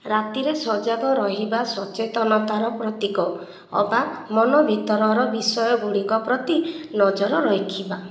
ରାତିରେ ସଜାଗ ରହିବା ସଚେତନତାର ପ୍ରତୀକ ଅବା ମନ ଭିତରର ବିଷୟଗୁଡ଼ିକ ପ୍ରତି ନଜର ରଖିବା